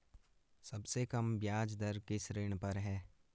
सबसे कम ब्याज दर किस ऋण पर है?